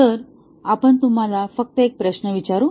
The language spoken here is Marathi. तर आपण तुम्हाला फक्त एक प्रश्न विचारू